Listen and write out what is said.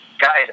guys